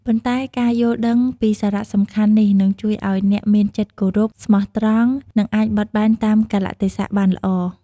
ប៉ុន្តែការយល់ដឹងពីសារៈសំខាន់នេះនឹងជួយឲ្យអ្នកមានចិត្តគោរព ស្មោះត្រង់ និងអាចបត់បែនតាមកាលៈទេសៈបានល្អ។